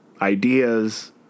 ideas